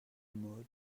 mode